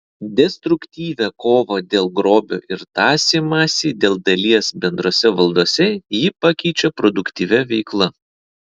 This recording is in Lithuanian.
destruktyvią kovą dėl grobio ir tąsymąsi dėl dalies bendrose valdose ji pakeičia produktyvia veikla